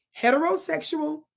heterosexual